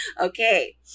Okay